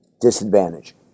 disadvantage